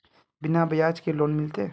बिना ब्याज के लोन मिलते?